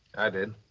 i did.